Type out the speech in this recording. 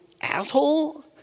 asshole